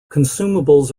consumables